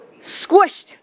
squished